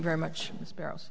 very much sparrows